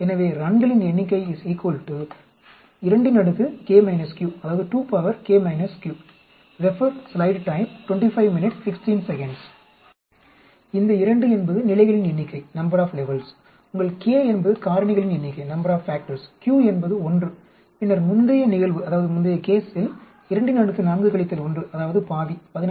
எனவே ரன்களின் எண்ணிக்கை இந்த 2 என்பது நிலைகளின் எண்ணிக்கை உங்கள் k என்பது காரணிகளின் எண்ணிக்கை q என்பது 1 பின்னர் முந்தைய நிகழ்வில் 24 1 அதாவது பாதி